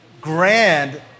grand